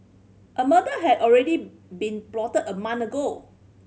a murder had already been plotted a month ago